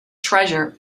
treasure